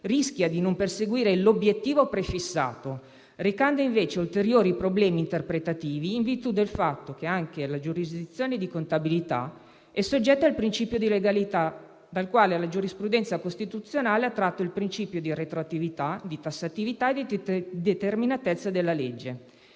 rischia di non perseguire l'obiettivo prefissato. Rimanda invece ulteriori problemi interpretativi in virtù del fatto che anche la giurisdizione di contabilità è soggetta al principio di legalità, dal quale la giurisprudenza costituzionale ha tratto il principio di retroattività, di tassatività e determinatezza della legge.